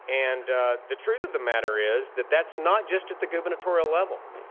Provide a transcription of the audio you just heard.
and ah the truth of the matter is that that's not just at the gubernatorial level.